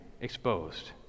exposed